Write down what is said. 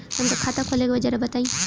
हमका खाता खोले के बा जरा बताई?